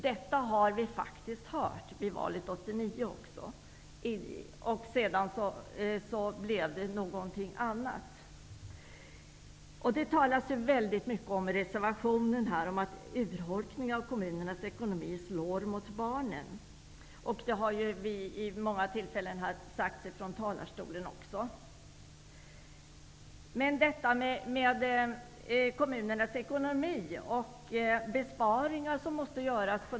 Detta har vi faktiskt hört i samband med tidigare val, och sedan blev det något annat. Det talas i reservationen väldigt mycket om att urholkningen av kommunernas ekonomi slår mot barnen. Det har också vid många tillfällen sagts här från talarstolen. Jag hade emellertid tänkt ställa en hel del frågor om kommunernas ekonomi och besparingar som måste göras.